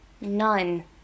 None